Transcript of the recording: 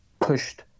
pushed